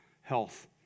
health